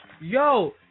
Yo